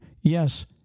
Yes